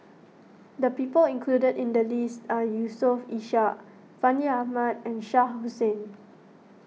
the people included in the list are Yusof Ishak Fandi Ahmad and Shah Hussain